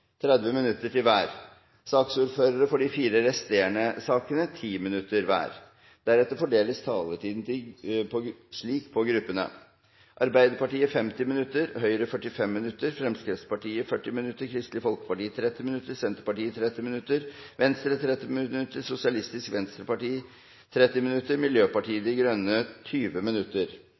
30 minutter hver. Saksordførerne for de fire resterende sakene får 10 minutter hver. Deretter fordeles taletiden slik på gruppene: Arbeiderpartiet 50 minutter, Høyre 45 minutter, Fremskrittspartiet 40 minutter, Kristelig Folkeparti 30 minutter, Senterpartiet 30 minutter, Venstre 30 minutter, Sosialistisk Venstreparti 30 minutter og Miljøpartiet De Grønne 20 minutter.